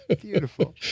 Beautiful